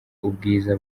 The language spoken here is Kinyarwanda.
ubwiza